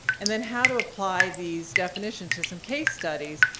and then how to apply these definitions to some case studies.